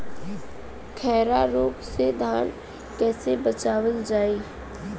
खैरा रोग से धान कईसे बचावल जाई?